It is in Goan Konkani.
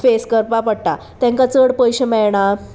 फेस करपा पडटा तांकां चड पयशे मेळना